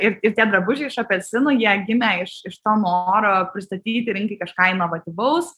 ir ir tie drabužiai iš apelsinų jie gimė iš iš to noro pristatyti rinkai kažką inovatyvaus